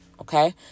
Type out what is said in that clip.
Okay